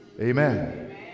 Amen